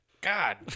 God